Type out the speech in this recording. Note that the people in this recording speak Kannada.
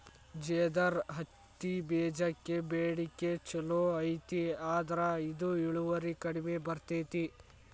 ಜೇದರ್ ಹತ್ತಿಬೇಜಕ್ಕ ಬೇಡಿಕೆ ಚುಲೋ ಐತಿ ಆದ್ರ ಇದು ಇಳುವರಿ ಕಡಿಮೆ ಬರ್ತೈತಿ